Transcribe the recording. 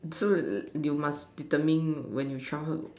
so you must determine when you childhood